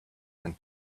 and